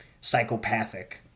psychopathic